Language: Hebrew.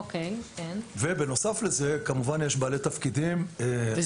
בנוסף לזה יש גם בעלי תפקידים -- זה